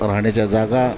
राहण्याच्या जागा